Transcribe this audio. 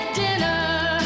dinner